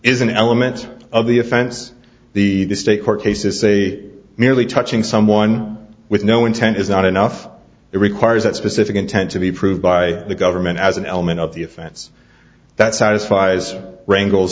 is an element of the offense the state court cases say merely touching someone with no intent is not enough it requires that specific intent to be approved by the government as an element of the offense that satisfies wra